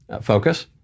focus